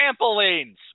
trampolines